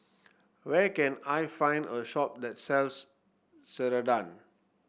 where can I find a shop that sells Ceradan